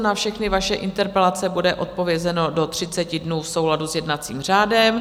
Na všechny vaše interpelace bude odpovězeno do 30 dnů v souladu s jednacím řádem.